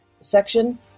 section